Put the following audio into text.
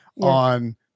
on